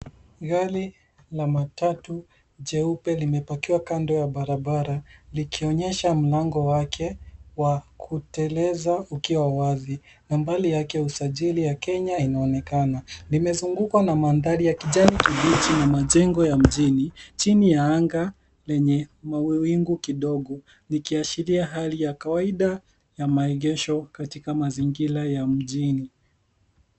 Gari la matatu jeupe limepakiwa kando ya barabara likionyesha mlango wake wa kuteleza ukiwa wazi. Nambari yake ya usajili ya Kenya inaonekana. Limezungukwa na mandhari ya kijani kibichi na majengo ya mjini chini ya anga lenye mawingu kidogo likiashiria hali ya kawaida ya maegesho katika mazingira ya mjini.